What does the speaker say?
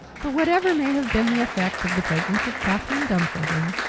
but whatever may have been the effect of the presence of catherine dumfarthing,